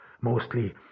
mostly